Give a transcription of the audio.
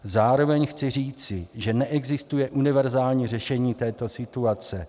Zároveň chci říci, že neexistuje univerzální řešení této situace.